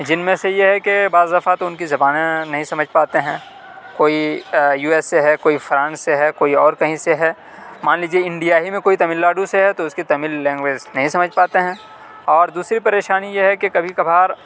جن میں سے یہ ہے کہ بعض دفعہ تو ان کی زبانیں نہیں سمجھ پاتے ہیں کوئی یو ایس سے ہے کوئی فرانس سے ہے کوئی اور کہیں سے ہے مان لیجیے انڈیا ہی میں کوئی تامل ناڈو سے ہے تو اس کی تامل لینگویز نہیں سمجھ پاتے ہیں اور دوسری پریشانی یہ ہے کہ کبھی کبھار